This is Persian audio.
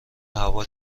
هوا